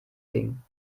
ging